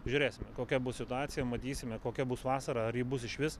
žiūrėsim kokia bus situacija matysime kokia bus vasara ar ji bus išvis